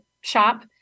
shop